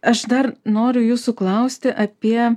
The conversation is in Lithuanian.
aš dar noriu jūsų klausti apie